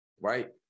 right